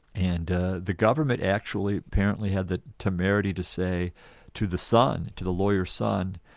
and ah the government actually apparently had the temerity to say to the son, to the lawyer son,